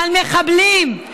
על מחבלים.